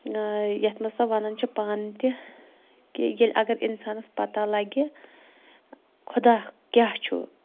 یَتھ منٛز سۄ وَنان چھےٚ پانہٕ تہِ کہِ ییٚلہِ اگر اِنسانَس پَتہ لَگہِ خۄدا کیٛاہ چھُ